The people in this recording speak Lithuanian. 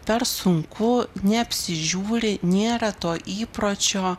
per sunku neapsižiūri nėra to įpročio